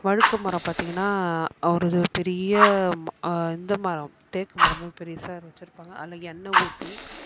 வழுக்கும் மரம் பார்த்தீங்கன்னா ஒரு பெரிய ம இந்த மரம் தேக்கு மரம் மாதிரி பெருசாக வச்சுருப்பாங்க அதில் எண்ணெய் ஊற்றி